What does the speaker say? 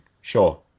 sure